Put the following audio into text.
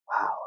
wow